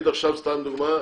לדוגמה,